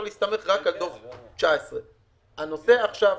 יהיה להסתמך רק על דוח 19'. הנושא עכשיו,